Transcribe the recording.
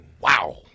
Wow